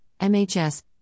MHS